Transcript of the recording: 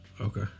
Okay